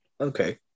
okay